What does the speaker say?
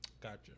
gotcha